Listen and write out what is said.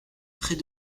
près